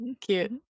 Cute